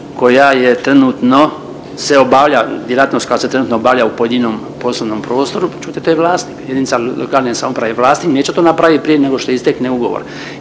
koja je trenutno se obavlja djelatnost koja se trenutno obavlja u pojedinom poslovnom prostoru pa čujte to je vlasnik jedinica lokalne samouprave je vlasnik i neće to napravit prije nego što istekne ugovor